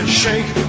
shake